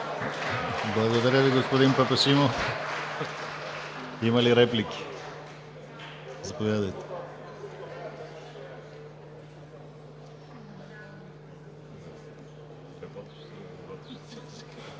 Благодаря Ви, господин Папашимов. Има ли реплики? Заповядайте!